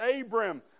Abram